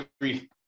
agree